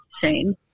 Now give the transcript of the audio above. Shane